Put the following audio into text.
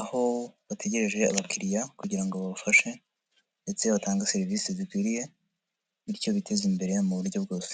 aho bategereje abakiriya kugira ngo babafashe ndetse batanga serivisi zikwiriye bityo biteze imbere mu buryo bwose.